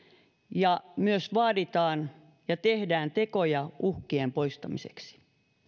ja myös vaaditaan ja tehdään tekoja uhkien poistamiseksi